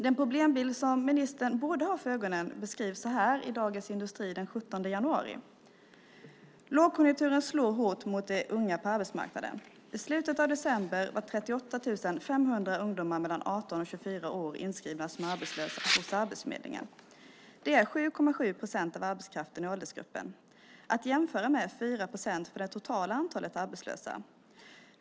Den problembild som ministern borde ha för ögonen beskrivs så här i Dagens Industri den 17 januari: Lågkonjunkturen slår hårt mot de unga på arbetsmarknaden. I slutet av december var 38 500 ungdomar mellan 18 och 24 år inskrivna som arbetslösa hos Arbetsförmedlingen. Det är 7,7 procent av arbetskraften i åldersgruppen, att jämföra med 4 procent för det totala antalet arbetslösa.